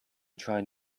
tried